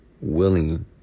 willing